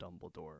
Dumbledore